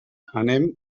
anem